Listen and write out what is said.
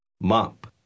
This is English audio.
Mop